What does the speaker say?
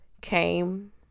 Came